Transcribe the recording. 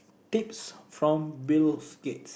tips from Bills-Gates